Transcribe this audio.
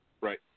Right